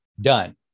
Done